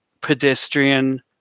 pedestrian